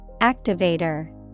Activator